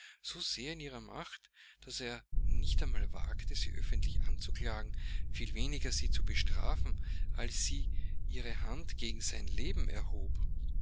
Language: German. so sehr in ihrer macht daß er nicht einmal wagte sie öffentlich anzuklagen viel weniger sie zu bestrafen als sie ihre hand gegen sein leben erhob